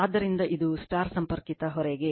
ಆದ್ದರಿಂದ ಇದು ನಕ್ಷತ್ರ ಸಂಪರ್ಕಿತ ಹೊರೆಗೆ